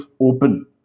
open